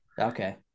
Okay